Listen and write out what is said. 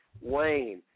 Wayne